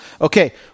Okay